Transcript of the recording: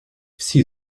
всі